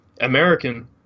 American